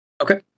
Okay